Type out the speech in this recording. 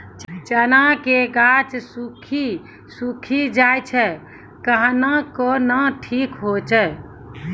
चना के गाछ सुखी सुखी जाए छै कहना को ना ठीक हो छै?